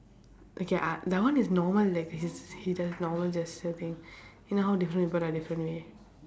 okay uh that one is normal like he's he does normal gesture thing you know how different people are different way